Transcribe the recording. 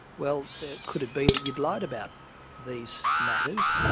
well, could it be that you had lied about these matters,